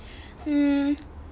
hmm